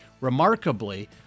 Remarkably